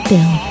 Bill